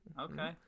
Okay